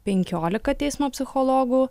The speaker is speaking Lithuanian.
penkiolika teismo psichologų